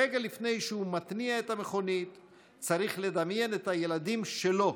רגע לפני שהוא מתניע את המכונית צריך לדמיין את הילדים שלו,